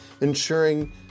ensuring